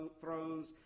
thrones